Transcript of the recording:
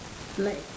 black